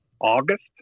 August